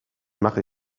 mache